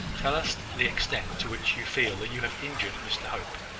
tell us the extent to which you feel that you have injured mr hope.